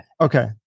Okay